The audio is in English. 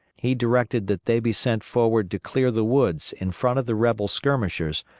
he directed that they be sent forward to clear the woods in front of the rebel skirmishers,